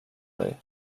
dig